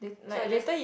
so I just